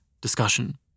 Discussion